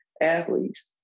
athletes